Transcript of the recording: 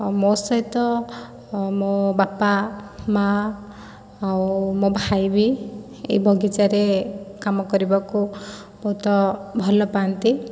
ଆଉ ମୋ ସହିତ ମୋ ବାପା ମୋ ମାଆ ଆଉ ମୋ ଭାଇ ବି ଏ ବଗିଚାରେ କାମ କରିବାକୁ ବହୁତ ଭଲପାଆନ୍ତି